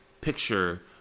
picture